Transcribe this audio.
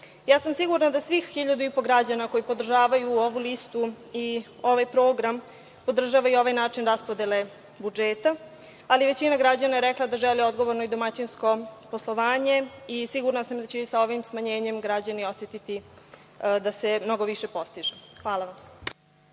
Ja sam sigurna da svih 1.500 građana koji podržavaju ovu listu i ovaj program podržava i ovaj način raspodele budžeta, ali većina građana je rekla da želi odgovorno i domaćinsko poslovanje i sigurna sam da će i sa ovim smanjenjem građani osetiti da se mnogo više postiže. Hvala vam.